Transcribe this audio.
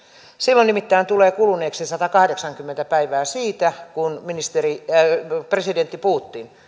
silloin nimittäin tulee kuluneeksi satakahdeksankymmentä päivää siitä kun presidentti putin